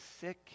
sick